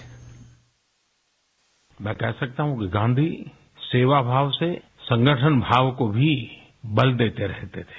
bite मैं कह सकता हूँ कि गाँधी सेवा भाव से संगठन भाव को भी बल देते रहते थे